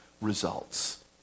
results